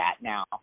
now